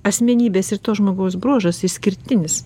asmenybės ir to žmogaus bruožas išskirtinis